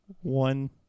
One